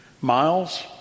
miles